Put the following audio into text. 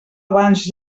abans